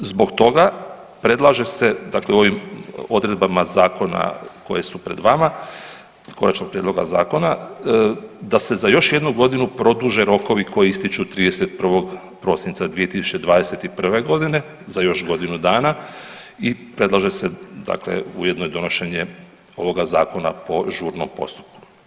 Zbog toga predlaže se, dakle ovim odredbama Zakona koje su pred vama, konačnog prijedloga zakona, da se za još jednu godinu produže rokovi koji ističu 31. prosinca 2021. g. za još godinu dana i predlaže se, dakle ujedno i donošenje ovoga Zakona po žurnom postupku.